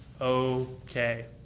okay